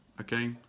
Okay